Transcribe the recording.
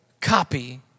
copy